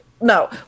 no